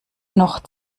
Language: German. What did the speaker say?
noch